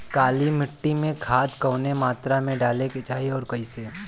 काली मिट्टी में खाद कवने मात्रा में डाले के चाही अउर कइसे?